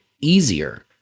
easier